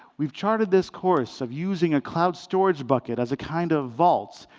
we've charted this course of using a cloud storage bucket as a kind of vault,